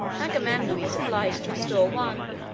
agamemnon was obliged to restore one,